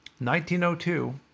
1902